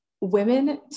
women